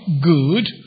good